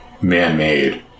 man-made